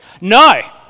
No